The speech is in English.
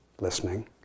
listening